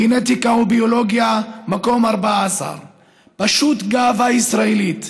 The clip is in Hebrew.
גנטיקה וביולוגיה, מקום 14. פשוט גאווה ישראלית.